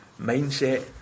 mindset